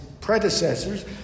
predecessors